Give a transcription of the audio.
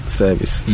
service